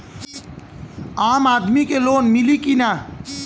आम आदमी के लोन मिली कि ना?